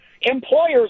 employers